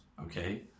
okay